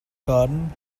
garden